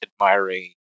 admiring